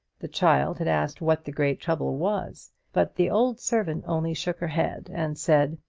the child had asked what the great trouble was but the old servant only shook her head, and said,